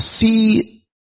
see